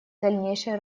дальнейшей